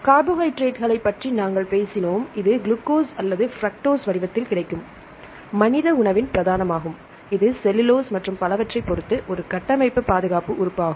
கார்போஹைட்ரேட்டுகளைப் பற்றி நாங்கள் பேசினோம் இது குளுக்கோஸ் அல்லது பிரக்டோஸ் வடிவத்தில் கிடைக்கும் மனித உணவின் பிரதானமாகும் இது செல்லுலோஸ் மற்றும் பலவற்றைப் பொறுத்து ஒரு கட்டமைப்பு பாதுகாப்பு உறுப்பு ஆகும்